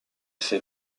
fait